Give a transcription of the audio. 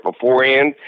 beforehand